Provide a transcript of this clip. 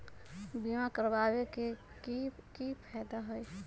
बीमा करबाबे के कि कि फायदा हई?